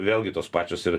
vėlgi tos pačios ir